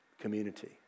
community